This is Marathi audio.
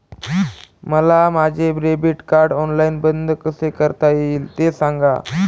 मला माझे डेबिट कार्ड ऑनलाईन बंद कसे करता येईल, ते सांगा